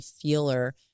feeler